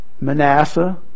Manasseh